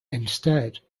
instead